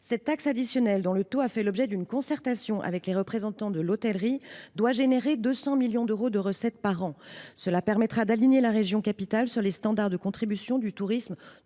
Cette taxe additionnelle, dont le taux a fait l’objet d’une concertation avec les représentants de l’hôtellerie, doit rapporter 200 millions d’euros par an. Cela permettra d’aligner la région capitale sur les standards de contribution du tourisme